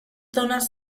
zonas